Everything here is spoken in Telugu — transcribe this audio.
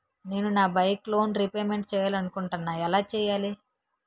నేను నా బైక్ లోన్ రేపమెంట్ చేయాలనుకుంటున్నా ఎలా చేయాలి?